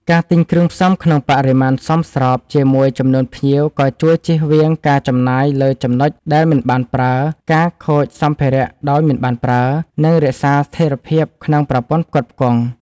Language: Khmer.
ការទិញគ្រឿងផ្សំក្នុងបរិមាណសមស្របជាមួយចំនួនភ្ញៀវក៏ជួយចៀសវាងការចំណាយលើចំណុចដែលមិនបានប្រើ ការខូចសំភារៈដោយមិនប្រើ និងរក្សាស្ថេរភាពក្នុងប្រព័ន្ធផ្គត់ផ្គង់។